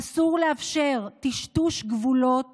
אסור לאפשר טשטוש גבולות